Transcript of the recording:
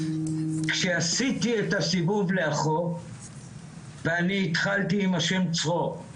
כשעשיתי את הסיבוב לאחור ואני התחלתי עם השם צרור,